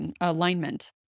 alignment